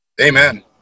Amen